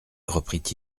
reprit